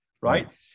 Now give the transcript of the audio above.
right